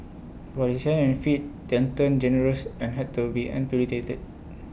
but his hands and feet then turned gangrenous and had to be amputated